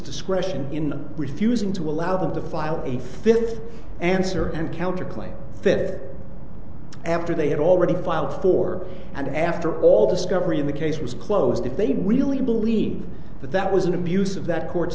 discretion in refusing to allow them to file a fifth answer and counter claim that after they had already filed for and after all discovery in the case was closed if they really believed that that was an abuse of that court